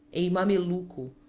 a mameluco,